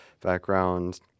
background